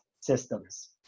systems